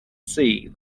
see